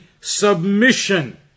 submission